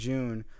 June